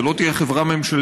זו לא תהיה חברה ממשלתית,